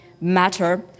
matter